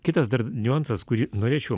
kitas dar niuansas kurį norėčiau